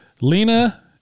Lena